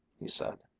he said,